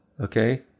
Okay